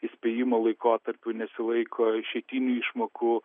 įspėjimo laikotarpių nesilaiko išeitinių išmokų